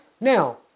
Now